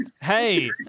hey